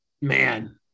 Man